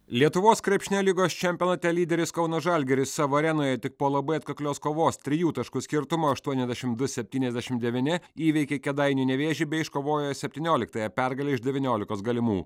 lietuvos krepšinio lygos čempionate lyderis kauno žalgiris savo arenoje tik po labai atkaklios kovos trijų taškų skirtumu aštuoniasdešim du septyniasdešim devyni įveikė kėdainių nevėžį bei iškovojo septynioliktąją pergalę iš devyniolikos galimų